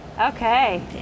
Okay